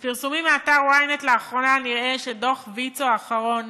מפרסומים באתר ynet לאחרונה נראה שדוח ויצו האחרון